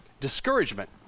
discouragement